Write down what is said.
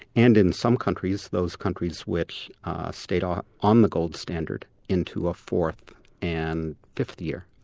and in some countries, those countries which stayed ah on the gold standard, into a fourth and fifth year.